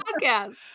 podcast